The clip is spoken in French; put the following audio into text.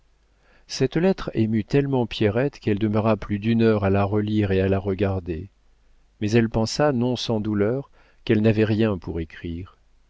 cette lettre émut tellement pierrette qu'elle demeura plus d'une heure à la relire et à la regarder mais elle pensa non sans douleur qu'elle n'avait rien pour écrire